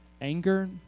Anger